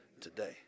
today